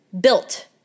built